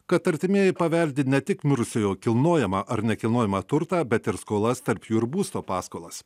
kad artimieji paveldi ne tik mirusiojo kilnojamą ar nekilnojamą turtą bet ir skolas tarp jų ir būsto paskolas